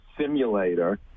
simulator